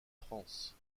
france